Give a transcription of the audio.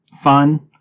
fun